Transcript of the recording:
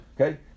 Okay